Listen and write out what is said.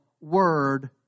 word